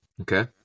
Okay